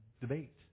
debate